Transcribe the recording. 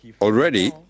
Already